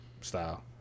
style